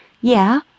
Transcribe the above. Yeah